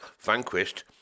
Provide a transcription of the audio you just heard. vanquished